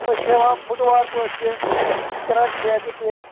أسۍ چھِ ہٮ۪وان فُٹوار پٲٹھۍ تہِ أسۍ چھِ کَران ٹھیکہٕ تہِ